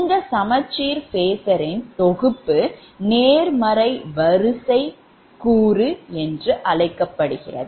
இந்த சமச்சீர் phasor ன் தொகுப்பு நேர்மறை வரிசை கூறு என்று அழைக்கப்படுகிறது